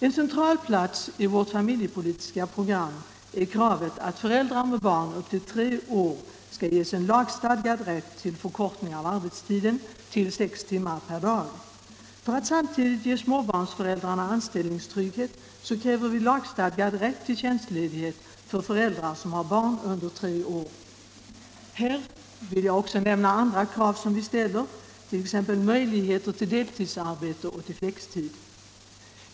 En central plats i vårt familjepolitiska program har kravet att föräldrar med barn upp till tre år ges en lagstadgad rätt till förkortning av arbetstiden till sex timmar per dag. För att samtidigt ge småbarnsföräldrarna anställningstrygghet kräver vi lagstadgad rätt till tjänstledighet för föräldrar som har barn under tre år. Här vill jag också nämna andra krav som vi ställer, t.ex. på möjligheter till deltidsarbete och flextid.